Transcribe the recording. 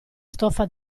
stoffa